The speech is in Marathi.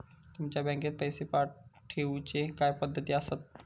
तुमच्या बँकेत पैसे ठेऊचे काय पद्धती आसत?